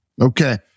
Okay